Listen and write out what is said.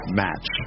match